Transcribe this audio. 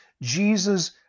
Jesus